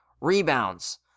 rebounds